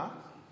מה?